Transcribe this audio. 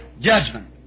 judgment